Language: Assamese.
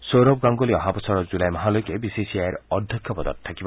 সৌৰভ গাংগুলী অহা বছৰৰ জুলাই মাহলৈকে বিচিচিআইৰ অধ্যক্ষ পদত থাকিব